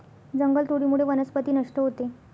जंगलतोडीमुळे वनस्पती नष्ट होते